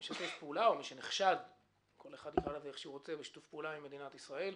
מי שנחשד בשיתוף פעולה עם מדינת ישראל.